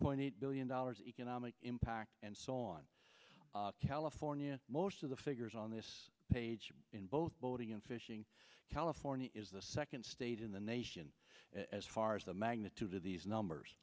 point eight billion dollars economic impact and so on california most of the figures on this page in both boating and fishing california is the second state in the nation as far as the magnitude of these